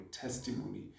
testimony